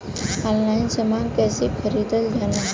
Online समान कैसे खरीदल जाला?